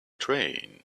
train